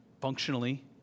Functionally